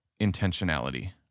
intentionality